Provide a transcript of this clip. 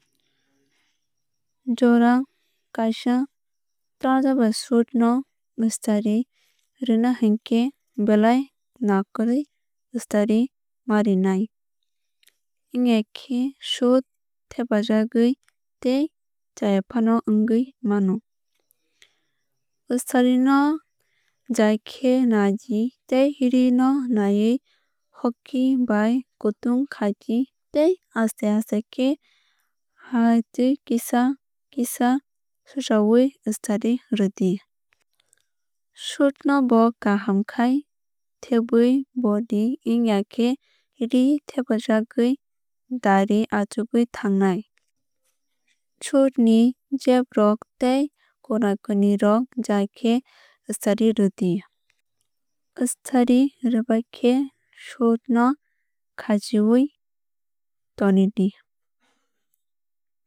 Jura kaisa trouser ba shoot no staree rina hinkhe belai naikolwui staree ma rinai ongya jhe shoot thepjagwui tei chaya fano ongui mano. Staree no jaikhe naidi tei ree no naiui hoki bai kutung khaidi tei aste aste khai tui kisa kisa sarsaui staree rwudi. Shoot no bo kaham khai thebui bodi ongya khe ree thepjagwui dari achugwui thangnai. Shoot ni jeb rok tei kuna kuni rok jai khe staree rwudi. Staree rwbaikhe shoot no khachiui tonidi.